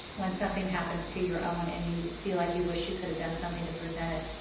when something happens to your own and you feel like you wish you coulda done something to prevent it.